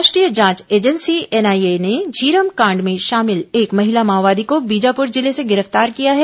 राष्ट्रीय जांच agency NIA ने झीरम कांड में शामिल एक महिला माओवादी को बीजापुर जिले से गिर फतार किया है